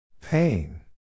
Pain